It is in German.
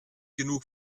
genug